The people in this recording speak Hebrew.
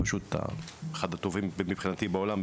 פשוט אחד הטובים מבחינתי בעולם,